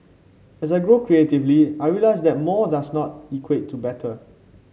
as I grow creatively I realise that more does not equate to better